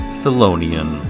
Thelonian